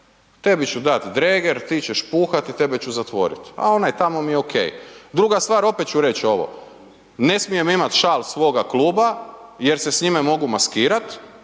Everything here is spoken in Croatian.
tebi ću dat dreger, ti ćeš puhat i tebe ću zatvorit a onaj tamo mi je ok. Druga stvar, opet ću reć ovo. Ne smijem imat šal svoga kluba jer se s njime mogu maskirat